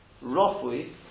roughly